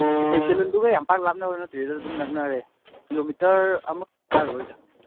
ꯑꯦ ꯁꯦꯂꯨꯟꯗꯨꯒ ꯌꯥꯝ ꯄꯥꯛ ꯂꯥꯞꯅꯕ ꯅꯠꯇꯦꯗ ꯑꯗꯨꯝ ꯅꯛꯅꯔꯦ ꯀꯤꯂꯣꯃꯤꯇꯔ ꯑꯃ ꯐꯥꯔꯔꯣꯏꯗ